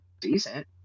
decent